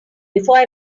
before